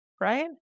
right